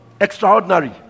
extraordinary